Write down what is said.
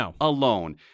alone